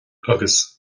agus